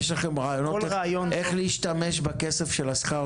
יש לכם רעיונות איך להשתמש בכסף של שכר